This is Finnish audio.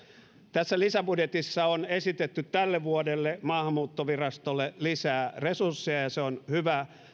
tässä lisäbudjetissa on esitetty tälle vuodelle maahanmuuttovirastolle lisää resursseja ja ja se on hyvä